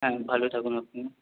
হ্যাঁ ভালো থাকুন আপনি